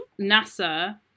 nasa